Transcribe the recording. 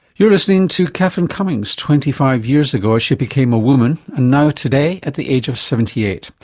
you're listening to katherine cummings twenty five years ago as she became a woman, and now today at the age of seventy eight.